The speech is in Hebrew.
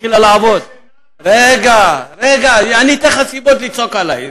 התחילה לעבוד, רגע, אני אתן לך סיבות לצעוק עלי.